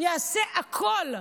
אעשה הכול,